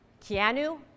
Keanu